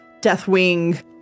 Deathwing